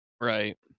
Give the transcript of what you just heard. right